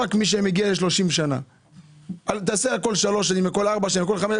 אפשר לחשב ותק על כל שלוש שנים או על כל ארבע שנים.